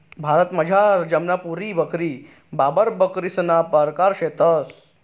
भारतमझार जमनापुरी बकरी, बार्बर बकरीसना परकार शेतंस